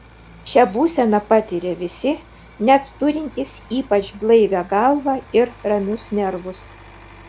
šią būseną patiria visi net turintys ypač blaivią galvą ir ramius nervus